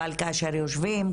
אבל כאשר יושבים,